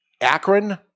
Akron